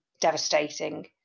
devastating